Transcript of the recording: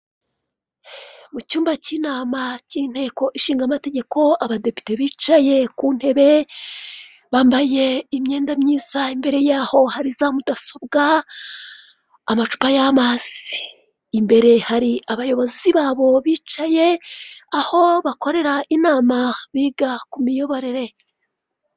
Mu cyumba cy'inama cyinteko nshinga mategeko abadepite bicaye ku ntebe bambaye imyenda myiza imbere yaho hari zamudasobwa, amacupa yamazi, imbere hari abayobozi babo bicaye aho bakorera inama yiga ku miyoborere.